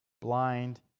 blind